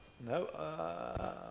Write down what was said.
No